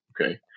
okay